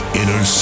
inner